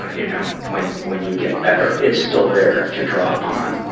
you know, when, when you get better. it's still there to draw upon.